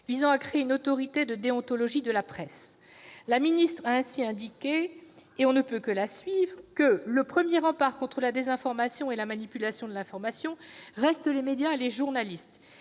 visant à créer une autorité de déontologie de la presse. La ministre a ainsi indiqué, et l'on ne peut que la suivre, que « le premier rempart contre la désinformation et la manipulation de l'information reste les médias et les journalistes